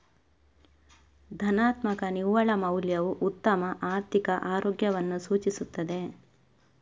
ಧನಾತ್ಮಕ ನಿವ್ವಳ ಮೌಲ್ಯವು ಉತ್ತಮ ಆರ್ಥಿಕ ಆರೋಗ್ಯವನ್ನು ಸೂಚಿಸುತ್ತದೆ